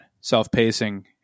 self-pacing